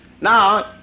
Now